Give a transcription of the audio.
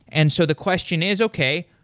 and so the question is, okay,